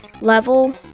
level